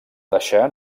deixar